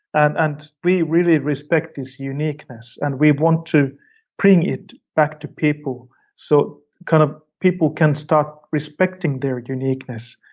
and and we really respect this uniqueness and we want to bring it back to people, so kind of people can start respecting their uniqueness.